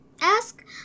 ask